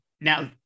Now